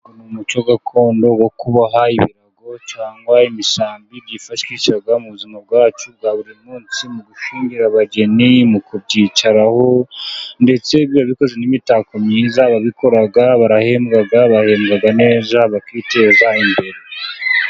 Umuco gakondo wo kuboha ibirago cyangwa imisambi byifashishwa mu buzima bwacu bwa buri munsi, mu gushyingira abageni, mu kubyicaraho, ndetse biba bikoze n'imitako myiza, ababikora barahembwa, bahembwa neza bakiteza imbere.